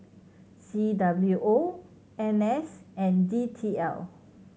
C W O N S and D T L